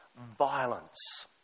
violence